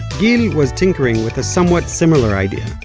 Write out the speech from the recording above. gil was tinkering with a somewhat similar idea. a